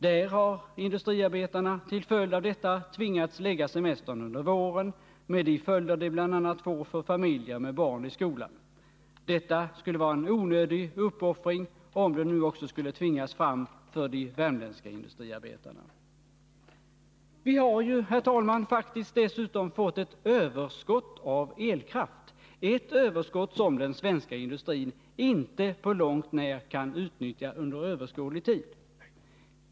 Där har industriarbetarna tvingats förlägga semestern till våren, med de följder det bl.a. får för familjer med barn i skolan. Det skulle vara en onödig uppoffring, om den nu också skulle tvingas fram för de värmländska industriarbetarna. Vi har ju, herr talman, faktiskt dessutom fått ett överskott av elkraft, ett överskott som den svenska industrin inte på långt när kan utnyttja under överskådlig tid.